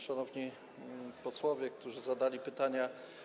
Szanowni posłowie, którzy zadali pytania!